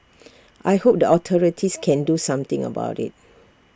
I hope the authorities can do something about IT